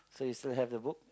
so you still have the book